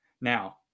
Now